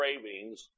cravings